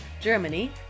Germany